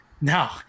no